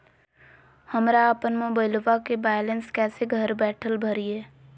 हमरा अपन मोबाइलबा के बैलेंस कैसे घर बैठल भरिए?